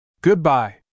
Goodbye